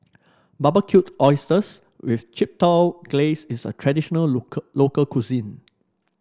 Barbecued Oysters with Chipotle Glaze is a traditional local local cuisine